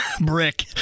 Brick